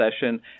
session